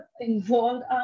involved